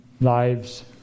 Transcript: lives